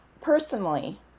personally